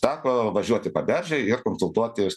teko važiuoti paberžėj ir konsultuotis